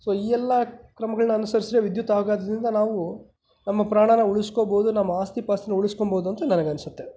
so ಈ ಎಲ್ಲ ಕ್ರಮಗಳನ್ನ ಅನುಸರ್ಸ್ದ್ರೆ ವಿದ್ಯುತ್ ಆಘಾತದಿಂದ ನಾವು ನಮ್ಮ ಪ್ರಾಣಾನ ಉಳಿಸ್ಕೋಬೋದು ನಮ್ಮ ಆಸ್ತಿಪಾಸ್ತಿನ ಉಳ್ಸ್ಕಳ್ಬೋದು ಅಂತ ನನಗೆ ಅನ್ನಿಸುತ್ತೆ